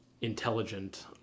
intelligent